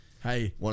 Hey